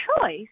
choice